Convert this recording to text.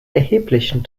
erheblichen